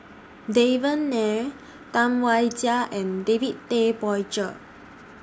Devan Nair Tam Wai Jia and David Tay Poey Cher